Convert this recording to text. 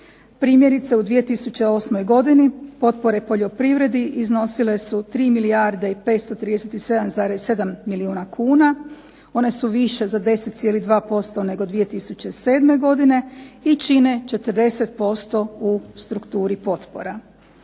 Primjerice u 2008. godini potpore poljoprivredi iznosile su 3 milijarde i 537,7 milijuna kuna, one su više za 10,2% nego 2007. godine i čine 40% u strukturi potpora.